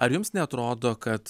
ar jums neatrodo kad